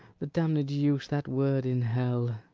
the damned use that word in hell